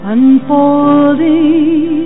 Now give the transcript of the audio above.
unfolding